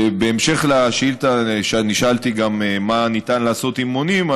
בהמשך השאילתה נשאלתי גם מה ניתן לעשות אם מונעים.